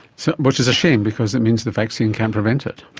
so which is a shame because it means the vaccine can't prevent it.